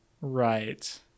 Right